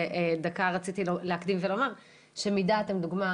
ודקה רציתי להקדים ולומר שמדעת הם דוגמא